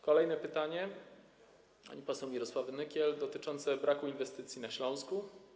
Kolejne pytanie, pani poseł Mirosławy Nykiel, dotyczące braku inwestycji na Śląsku.